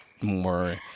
more